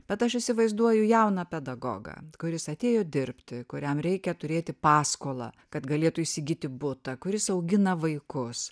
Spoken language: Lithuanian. bet aš įsivaizduoju jauną pedagogą kuris atėjo dirbti kuriam reikia turėti paskolą kad galėtų įsigyti butą kuris augina vaikus